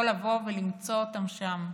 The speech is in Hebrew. יכול לבוא ולמצוא אותן שם.